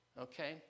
Okay